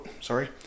sorry